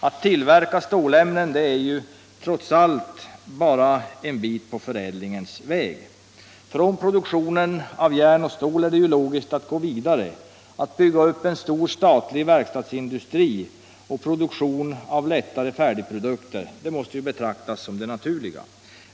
Att tillverka stålämnen är ju trots allt bara en bit på förädlingens väg. Från produktionen av järn och stål är det logiskt att gå vidare, att bygga upp en stor statlig verkstadsindustri och produktion av lättare färdigprodukter. Det måste ju betraktas som det naturliga.